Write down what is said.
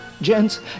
Gents